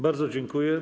Bardzo dziękuję.